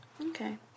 Okay